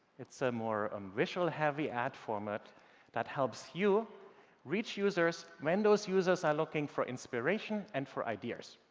it's a more um visual heavy ad format that helps you reach users when those users are looking for inspiration and for ideas.